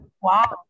wow